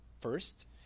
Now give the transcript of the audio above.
first